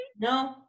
No